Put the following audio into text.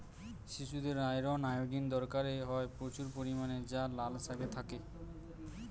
শিশুদের iron, iodine দরকার হয় প্রচুর পরিমাণে যা লাল শাকে থাকে